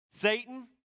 Satan